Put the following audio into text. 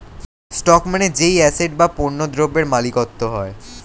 stock মানে যেই asset বা পণ্য দ্রব্যের মালিকত্ব হয়